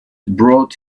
brought